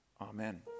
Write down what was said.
amen